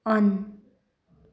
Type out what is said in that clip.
on